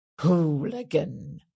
Hooligan